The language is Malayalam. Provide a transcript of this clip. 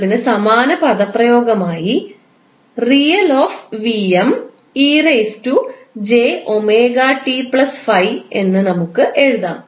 എന്നതിന് സമാനമായ പദപ്രയോഗമായി എന്ന് നമുക്ക് എഴുതാം